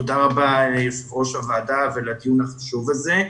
תודה רבה יושב ראש הוועדה על הדיון החשוב הזה.